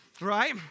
right